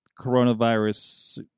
coronavirus